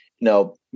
No